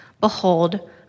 Behold